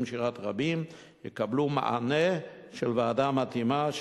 שירת רבים יקבלו מענה של ועדה מתאימה,